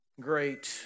great